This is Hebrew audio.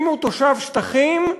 אם הוא תושב שטחים,